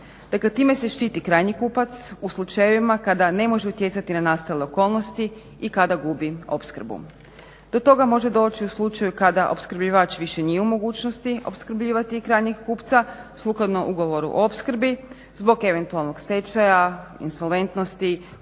Dakle, time se štiti pravi kupac u slučajevima kada ne može utjecati na nastale okolnosti i kada gubi opskrbu. Do toga može doći u slučaju kada opskrbljivač više nije u mogućnosti opskrbljivati krajnjeg kupca sukladno ugovoru o opskrbi zbog eventualnog stečaja, insolventnosti,